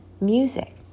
music